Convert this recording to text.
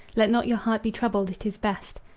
let not your heart be troubled it is best.